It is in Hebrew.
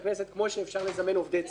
כפי שאפשר לזמן עובדי ציבור.